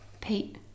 Pete